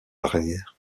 arrière